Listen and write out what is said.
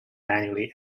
manually